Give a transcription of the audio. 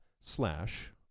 slash